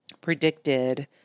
predicted